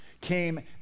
came